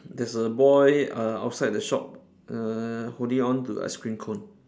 there's a boy err outside the shop err holding on to ice cream cone